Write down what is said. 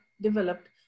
developed